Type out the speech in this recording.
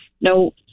no